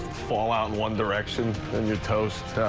fallout, one direction and